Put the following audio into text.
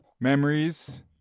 memories